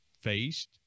faced